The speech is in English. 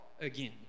again